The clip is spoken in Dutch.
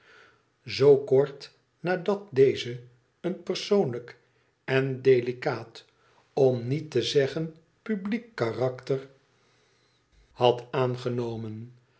zoo kort nadat deze n persoonlijk en delicaat om niet te zeggen publiek karakter had aanwilarin